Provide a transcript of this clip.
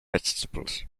vegetables